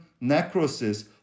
necrosis